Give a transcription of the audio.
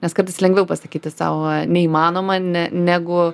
nes kartais lengviau pasakyti sau neįmanoma ne negu